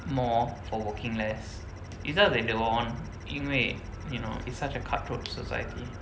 more for working less it's just that they won't 因为 you know it's such a cutthroat society